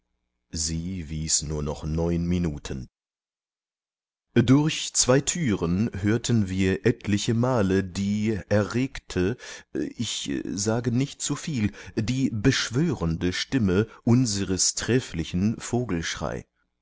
sie wies nur noch neun minuten durch zwei türen hörten wir etliche male die erregte ich sage nicht zu viel die beschwörende stimme unseres trefflichen